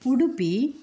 Udupi